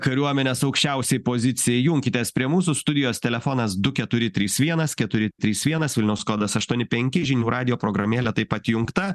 kariuomenės aukščiausiai pozicijai junkitės prie mūsų studijos telefonas du keturi trys vienas keturi trys vienas vilniaus kodas aštuoni penki žinių radijo programėlė taip pat įjungta